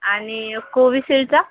आणि कोविशिलचा